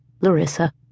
Larissa